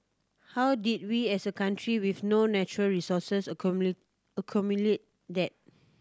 how did we as a country with no natural resources accumulate that